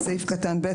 (1)בסעיף קטן (ב),